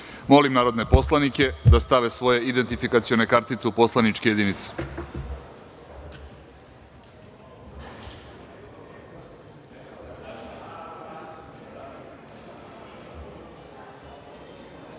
narodne poslanike da stave svoje identifikacione kartice u poslaničke